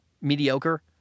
mediocre